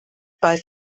bei